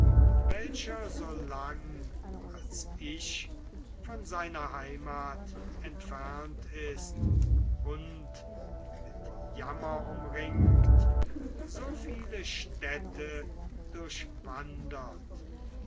welcher so lang als ich von seiner heimat entfernt ist und mit jammer umringt so viele städte